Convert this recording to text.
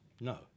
No